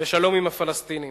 לשלום עם הפלסטינים.